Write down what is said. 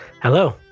Hello